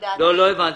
לא הבנתי.